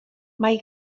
mae